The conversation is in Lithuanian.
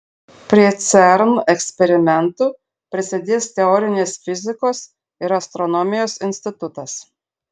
prie cern eksperimentų prisidės teorinės fizikos ir astronomijos institutas